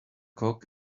cock